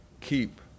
keep